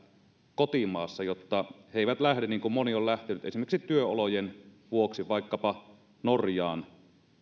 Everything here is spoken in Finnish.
kotimaassa jotta he eivät lähde niin kuin moni on lähtenyt esimerkiksi työolojen vuoksi vaikkapa norjaan